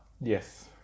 Yes